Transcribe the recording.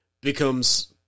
becomes